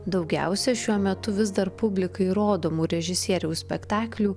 daugiausia šiuo metu vis dar publikai rodomų režisieriaus spektaklių